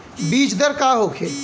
बीजदर का होखे?